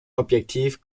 objektiv